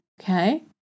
okay